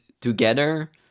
together